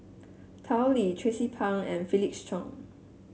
Tao Li Tracie Pang and Felix Cheong